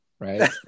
right